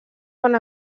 van